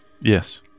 Yes